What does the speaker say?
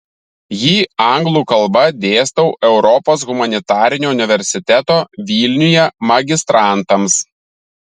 jį anglų kalba dėstau europos humanitarinio universiteto vilniuje magistrantams